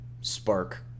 spark